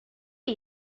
ben